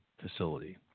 facility